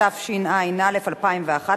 התשע"א 2011,